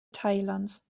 thailands